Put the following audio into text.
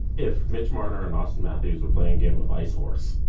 if mitch marner and auston matthews were playing game of ice horse,